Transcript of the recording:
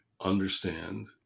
understand